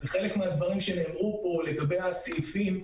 חלק מהדברים שנאמרו פה לגבי הסעיפים,